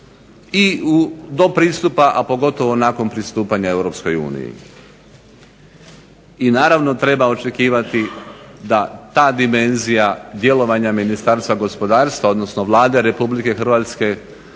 i do pristupa, a pogotovo nakon pristupanja Europskoj uniji. I naravno, treba očekivati da ta dimenzija djelovanja Ministarstva gospodarstva odnosno Vlade Republike Hrvatske,